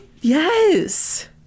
Yes